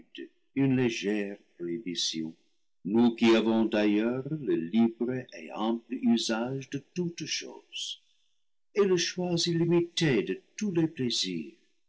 une légère prohibition nous qui avons d'ailleurs le libre et ample usage de toutes choses et le choix illimité de tous les plaisirs